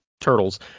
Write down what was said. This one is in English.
turtles